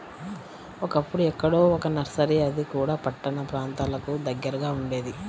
ఒకప్పుడు ఎక్కడో ఒక్క నర్సరీ అది కూడా పట్టణ ప్రాంతాలకు దగ్గరగా ఉండేది